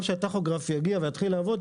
גם כשהטכוגרף יגיע ויתחיל לעבוד,